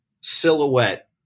silhouette